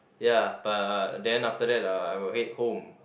ya but uh then after that uh I will head home